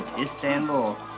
Istanbul